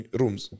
rooms